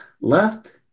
left